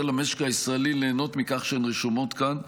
למשק הישראלי ליהנות מכך שהן רשומות כאן,